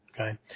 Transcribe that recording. Okay